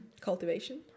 Cultivation